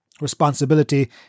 Responsibility